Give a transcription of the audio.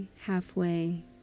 halfway